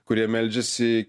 kurie meldžiasi